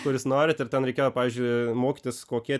kur jūs norit ir ten reikėjo pavyzdžiui mokytis kokie